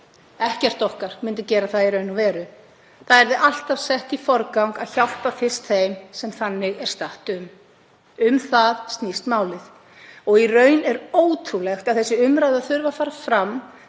Ekkert okkar myndi gera það í raun og veru. Það yrði alltaf sett í forgang að hjálpa fyrst þeim sem þannig er ástatt um. Um það snýst málið og í raun er ótrúlegt að þessi umræða þurfi að fara fram,